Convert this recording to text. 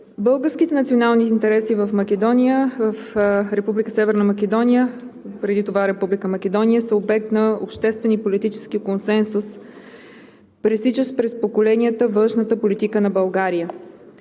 Българските национални интереси в Република Северна Македония, преди това Република Македония, са обект на обществен и политически консенсус, пресичащ през поколенията външната политика на България,